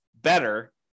better